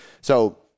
So-